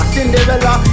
Cinderella